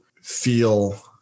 feel